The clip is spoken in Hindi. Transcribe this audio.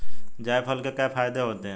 जायफल के क्या फायदे होते हैं?